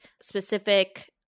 specific